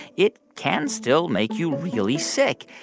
it can still make you really sick,